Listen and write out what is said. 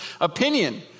opinion